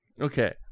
Okay